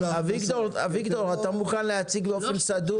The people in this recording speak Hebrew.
אביגדור, אביגדור, אתה מוכן להציג באופן סדור?